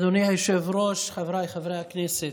אדוני היושב-ראש, חבריי חברי הכנסת,